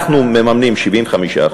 אנחנו מממנים 75%,